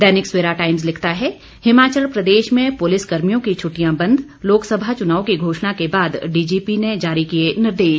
दैनिक Savera Times लिखता है हिमाचल प्रदेश में पुलिस कर्मियों की छुट्टियां बंद लोकसभा चुनाव की घोषणा के बाद डीजीपी ने जारी किए निर्देश